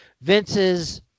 Vince's